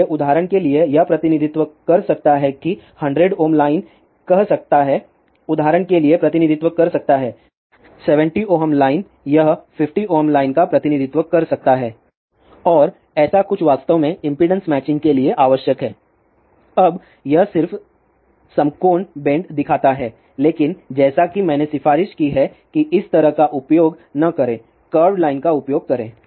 इसलिए उदाहरण के लिए यह प्रतिनिधित्व कर सकता है कि 100 Ω लाइन कह सकता है उदाहरण के लिए प्रतिनिधित्व कर सकता है 70 Ω लाइन यह 50 Ω लाइन का प्रतिनिधित्व कर सकता है और ऐसा कुछ वास्तव में इम्पीडेन्स मैचिंग के लिए आवश्यक है अब यह सिर्फ समकोण बेंड दिखाता है लेकिन जैसा कि मैंने सिफारिश की है कि इस तरह का उपयोग न करें कर्वड लाइन का उपयोग करें